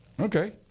Okay